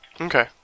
Okay